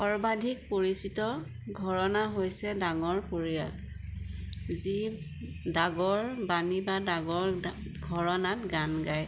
সৰ্বাধিক পৰিচিত ঘৰানা হৈছে ডাগৰ পৰিয়াল যি ডাগৰ বাণী বা ডাগৰ ঘৰানাত গান গায়